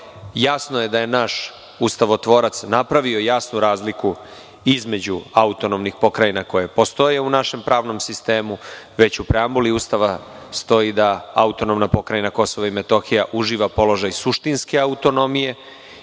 Jasno je da je naš ustavotvorac napravio jasnu razliku između autonomnih pokrajina koje postoje u našem pravnom sistemu. Već u preambuli Ustava stoji da AP Kosovo i Metohija uživa položaj suštinske autonomije